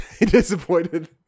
Disappointed